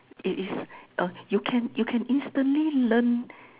it is uh you can you can instantly learn